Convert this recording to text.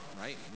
right